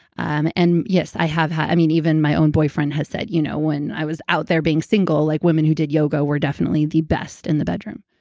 um and yes, i have had. i mean, even my own boyfriend has said, you know, when i was out there being single, like women who did yoga were definitely the best in the bedroom.